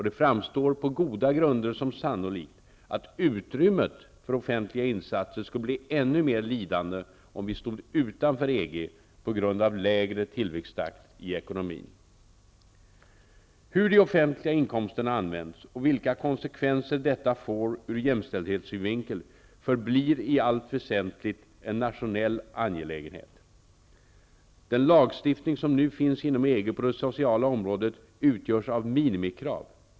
Det framstår på goda grunder som sannolikt att utrymmet för offentliga insatser skulle bli ännu mer lidande om vi stod utanför EG, detta på grund av lägre tillväxttakt i ekonomin. Hur de offentliga inkomsterna används och vilka konsekvenser detta får ur jämställdhetssynvinkel förblir i allt väsentligt en nationell angelägenhet. Den lagstiftning som nu finns inom EG på det sociala området utgörs av minimikrav.